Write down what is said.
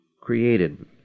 created